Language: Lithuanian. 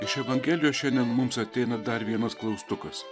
iš evangelijos šiandien mums ateina dar vienas klaustukas